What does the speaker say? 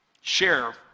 Share